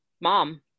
Mom